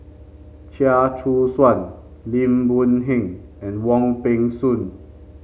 Chia Choo Suan Lim Boon Heng and Wong Peng Soon